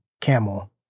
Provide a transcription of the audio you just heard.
camel